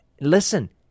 listen